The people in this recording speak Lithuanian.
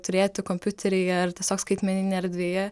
turėti kompiuteryje ar tiesiog skaitmeninėj erdvėje